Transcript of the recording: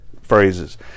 phrases